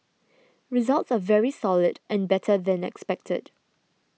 results are very solid and better than expected